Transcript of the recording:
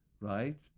right